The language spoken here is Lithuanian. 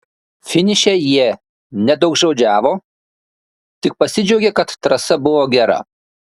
finiše jie nedaugžodžiavo tik pasidžiaugė kad trasa buvo gera